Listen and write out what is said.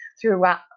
throughout